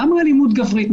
למה אלימות גברית?